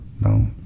No